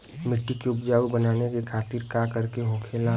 मिट्टी की उपजाऊ बनाने के खातिर का करके होखेला?